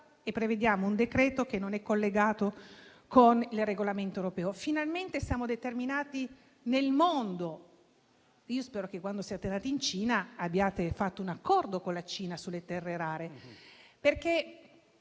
prevediamo un decreto che non è collegato con un regolamento europeo. Si dice poi che finalmente siamo determinati nel mondo. Spero che quando siete andati in Cina, abbiate fatto un accordo con la Cina sulle terre rare. Concludo